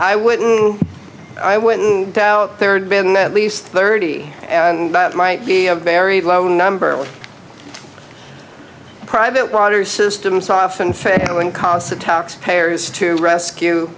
i wouldn't i wouldn't doubt there'd been at least thirty and that might be a very low number of private water systems often fail and cost the taxpayers to rescue